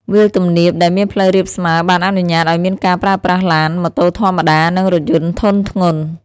វាលទំនាបដែលមានផ្លូវរាបស្មើបានអនុញ្ញាតឱ្យមានការប្រើប្រាស់ឡាន ម៉ូតូធម្មតា និងរថយន្តធុនធ្ងន់។